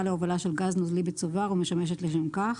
להובלה של גז נוזלי בצובר ומשמשת לשם כך.